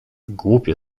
głupie